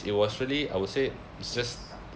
it was really I would say it's just